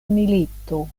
milito